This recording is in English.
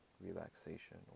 relaxation